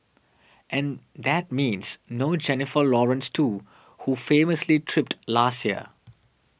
and that means no Jennifer Lawrence too who famously tripped last year